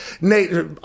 Nate